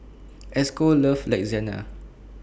Esco loves Lasagna